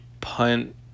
punt